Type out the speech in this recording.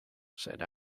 said